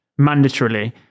mandatorily